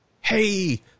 Hey